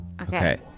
Okay